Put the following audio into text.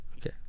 Okay